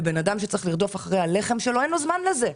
לבן אדם שצריך לרדוף אחרי הלחם אין זמן לזה.